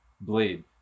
Blade